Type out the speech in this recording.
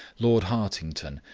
lord hartington,